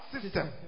system